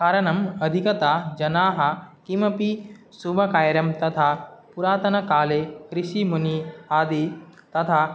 कारणम् अधिकतः जनाः किमपि शुभकार्यं तथा पुरातनकाले ऋषिमुनिः आदि तथा